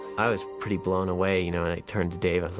i was pretty blown away, you know. and i turned to dave